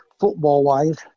football-wise